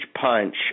punch